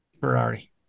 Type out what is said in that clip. Ferrari